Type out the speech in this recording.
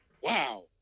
Wow